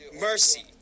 mercy